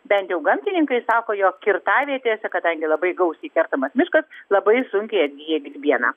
bent jau gamtininkai sako jog kirtavietėse kadangi labai gausiai kertamas miškas labai sunkiai atgyja grybiena